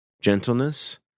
gentleness